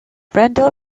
brendel